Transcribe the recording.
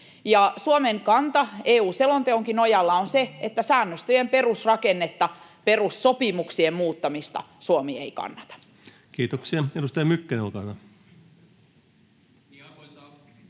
Suomen kanta EU-selonteonkin nojalla on se, että säännöstöjen perusrakennetta, perussopimuksien muuttamista, Suomi ei kannata. Kiitoksia. — Edustaja Mykkänen, olkaa hyvä.